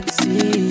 see